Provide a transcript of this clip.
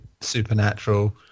supernatural